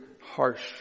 harsh